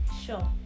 Sure